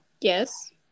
Yes